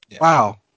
Wow